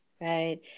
right